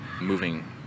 moving